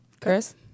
Chris